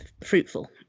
fruitful